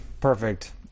perfect